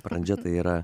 pradžia tai yra